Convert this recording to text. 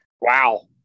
wow